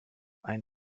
ein